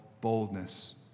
boldness